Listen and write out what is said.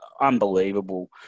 unbelievable